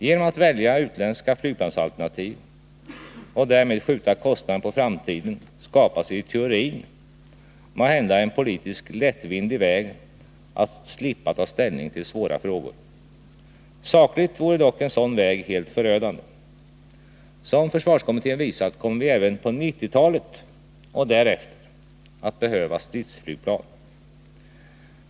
Genom att välja utländska flygplansalternativ och därmed skjuta kostnaderna på framtiden skapar mani teorin måhända en politiskt lättvindig väg att slippa ta ställning till svåra frågor. Sakligt vore dock en sådan väg helt förödande. Som försvarskommittén visat kommer vi även på 1990-talet och därefter att behöva stridsflygplan.